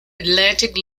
atlantic